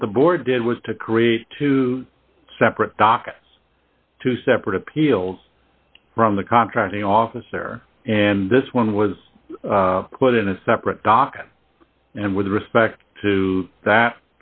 what the board did was to create two separate docket two separate appeals from the contracting officer and this one was put in a separate docket and with respect to that